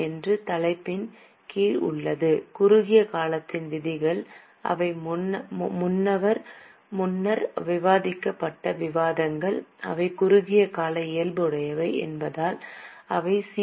என்ற தலைப்பின் கீழ் உள்ளன குறுகிய கால விதிகள் அவை முன்னர் விவாதிக்கப்பட்ட விவாதங்கள் அவை குறுகிய கால இயல்புடையவை என்பதால் அவை சி